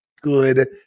good